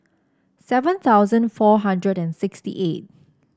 seven thousand four hundred and sixty eight